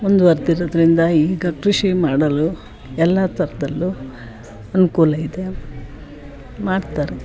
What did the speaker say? ಮುಂದುವರ್ದಿರೋದ್ರಿಂದ ಈಗ ಕೃಷಿ ಮಾಡಲು ಎಲ್ಲ ಥರದಲ್ಲೂ ಅನುಕೂಲ ಇದೆ ಮಾಡ್ತಾರೆ